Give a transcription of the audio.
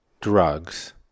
drugs